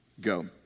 go